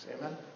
Amen